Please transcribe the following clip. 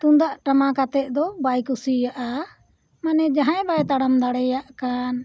ᱛᱩᱢᱫᱟᱜ ᱴᱟᱢᱟᱠ ᱟᱛᱮᱫ ᱫᱚ ᱵᱟᱭ ᱠᱩᱥᱤᱭᱟᱜᱼᱟ ᱢᱟᱱᱮ ᱡᱟᱦᱟᱭ ᱵᱟᱭ ᱛᱟᱲᱟᱢ ᱫᱟᱲᱮᱭᱟᱜ ᱠᱟᱱ